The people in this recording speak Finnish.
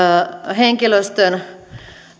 henkilöstön